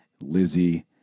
Lizzie